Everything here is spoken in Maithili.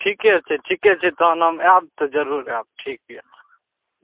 ठीके छै ठीके छै तहन हम आएब तऽ जरूर आएब ठीक अइ ठीक